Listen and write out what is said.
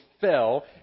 fell